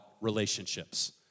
relationships